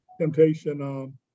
Temptation